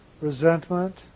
resentment